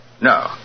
No